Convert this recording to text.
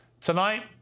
Tonight